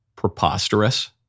Preposterous